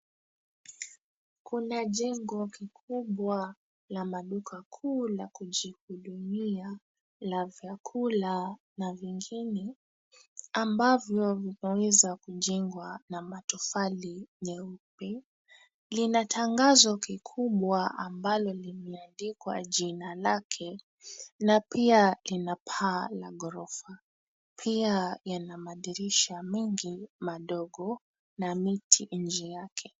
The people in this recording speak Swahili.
Kuna jengo kikubwa la maduka kuu la kujihudumia la vyakula na vingine ambavyo vimeweza kujengwa na matofali nyeupe. Lina tangazo kikubwa ambalo limeandikwa jina lake na pia ina paa la ghorofa. Pia yana madirisha mengi madogo na miti nje yake.